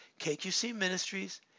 KQCMinistries